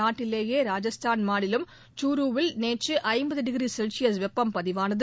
நாட்டிலேயே ராஜஸ்தான் மாநிலம் சூருவில் நேற்று ஐம்பது டிகிரி செல்சியஸ் வெப்பம் பதிவானது